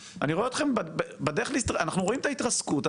אנחנו רואים את ההתרסקות,